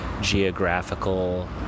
geographical